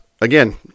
again